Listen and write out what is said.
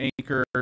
anchor